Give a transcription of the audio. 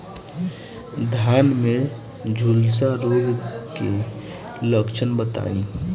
धान में झुलसा रोग क लक्षण बताई?